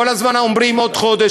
כל הזמן אומרים: עוד חודש,